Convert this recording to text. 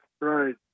Right